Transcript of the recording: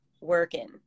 working